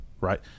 Right